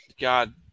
God